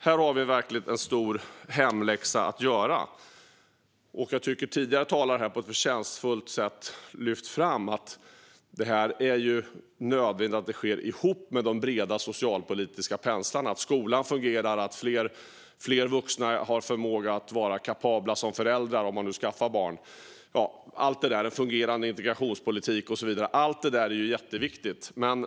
Här har vi verkligen en stor hemläxa att göra. Jag tycker att tidigare talare här på ett förtjänstfullt sätt har lyft fram att det är nödvändigt att dessa saker sker tillsammans med de breda socialpolitiska penseldragen, det vill säga att skolan fungerar, att fler vuxna har förmåga att vara kapabla som föräldrar om de nu skaffar barn, att det finns en fungerande integrationspolitik och så vidare. Allt detta är jätteviktigt.